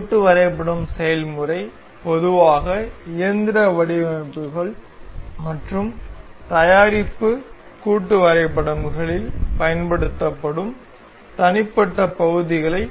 கூட்டு வரைபடம் செயல்முறை பொதுவாக இயந்திர வடிவமைப்புகள் மற்றும் தயாரிப்பு கூட்டு வரைபடம்களில் பயன்படுத்தப்படும் தனிப்பட்ட பகுதிகளை